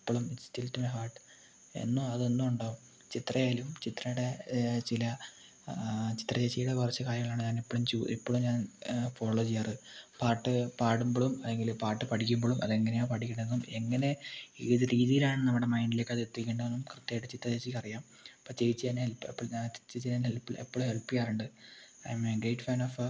ഇപ്പോഴും still to my heart എന്നും അതെന്നും ഉണ്ടാവും ചിത്ര ആയാലും ചിത്രേടെ ചില ചിത്രചേച്ചിടെ കുറച്ചു കാര്യങ്ങളുണ്ട് ഞാനെപ്പോഴും ചൂ എപ്പോഴും ഞാൻ ഫോളോ ചെയ്യാറ് പാട്ട് പാടുമ്പോഴും അല്ലെങ്കിൽ പാട്ട് പഠിക്കുമ്പോഴും അതെങ്ങനെയാണ് പഠിക്കണേന്നും എങ്ങനെ ഏത് രീതിയിലാണ് നമ്മുടെ മൈൻഡിലേക്ക് അത് എത്തിക്കേണ്ടതെന്നും കൃത്യമായിട്ട് ചിത്രച്ചേച്ചിക്ക് അറിയാം അപ്പോൾ ചേച്ചി എന്നെ ഹെൽപ്പ് അപ്പോ ചേച്ചി എന്നെ എപ്പോഴും ഹെല്പ് ചെയ്യാറുണ്ട് I am a great fan of Har